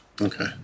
Okay